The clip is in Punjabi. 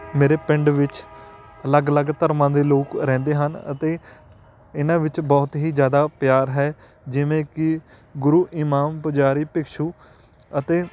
ਮੇਰੇ ਪਿੰਡ ਵਿੱਚ ਅਲੱਗ ਅਲੱਗ ਧਰਮਾਂ ਦੇ ਲੋਕ ਰਹਿੰਦੇ ਹਨ ਅਤੇ ਇਹਨਾਂ ਵਿੱਚ ਬਹੁਤ ਹੀ ਜ਼ਿਆਦਾ ਪਿਆਰ ਹੈ ਜਿਵੇਂ ਕਿ ਗੁਰੂ ਇਮਾਮ ਪੁਜਾਰੀ ਭਿਕਸ਼ੂ ਅਤੇ